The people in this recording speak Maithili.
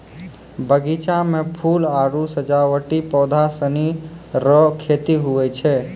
बगीचा मे फूल आरु सजावटी पौधा सनी रो खेती हुवै छै